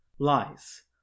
Lies